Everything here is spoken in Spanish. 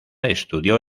estudio